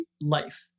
life